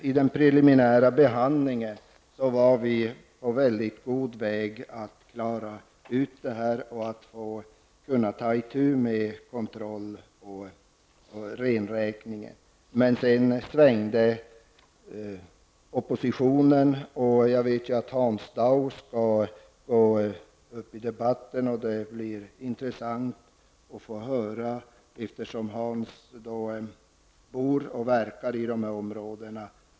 I den preliminära behandlingen i utskottet var vi på mycket god väg att klara ut det här och kunna ta itu med kontroll av renräkningen, men oppositionen svängde. Jag vet att Hans Dau skall gå upp i debatten, och det blir intressant att få höra om han delar den uppfattningen. Han bor och verkar ju i de här områdena.